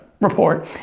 Report